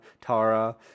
Tara